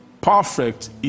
perfect